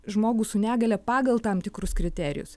žmogų su negalia pagal tam tikrus kriterijus